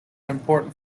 important